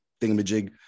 thingamajig